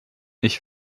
ich